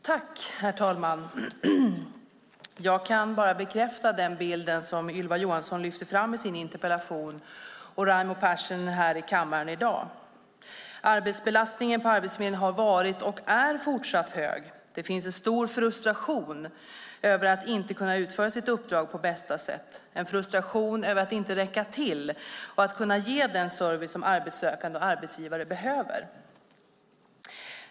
Herr talman! Jag kan bara bekräfta den bild som Ylva Johansson lyfter fram i sin interpellation och som Raimo Pärssinen lyfter fram här i kammaren i dag. Arbetsbelastningen på Arbetsförmedlingen har varit, och är fortsatt, hög. Det finns en stor frustration över att inte kunna utföra sitt uppdrag på bästa sätt, en frustration över att inte räcka till och inte kunna ge den service som arbetssökande och arbetsgivare behöver.